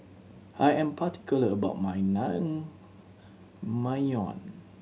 I am particular about my Naengmyeon